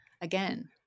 again